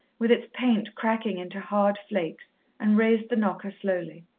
with its paint cracking into hard flakes, and raised the knocker slowly.